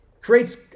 Creates